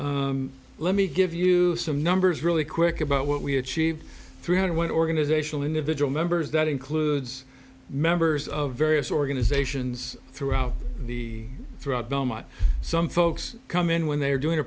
let me give you some numbers really quick about what we achieve three hundred one organizational individual members that includes members of various organizations throughout the throughout belmont some folks come in when they are doing a